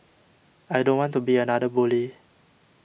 I don't want to be another bully